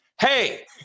Hey